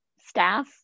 staff